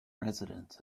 residents